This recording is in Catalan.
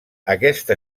aquesta